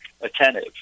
attentive